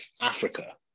Africa